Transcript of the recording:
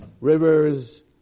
rivers